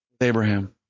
Abraham